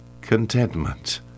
contentment